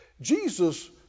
Jesus